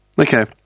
Okay